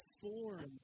form